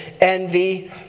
envy